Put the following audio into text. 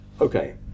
okay